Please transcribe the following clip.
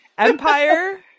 Empire